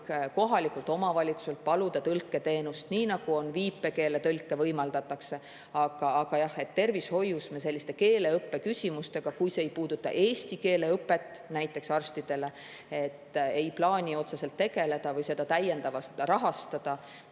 kohalikult omavalitsuselt paluda tõlketeenust, nii nagu viipekeele tõlget võimaldatakse. Aga jah, tervishoius me keeleõppe küsimustega, kui see just ei puuduta eesti keele õpet arstidele, ei plaani otseselt tegeleda ega seda täiendavalt rahastada.